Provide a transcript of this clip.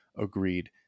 agreed